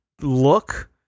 look